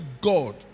God